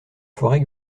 forêt